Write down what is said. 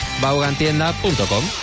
baugantienda.com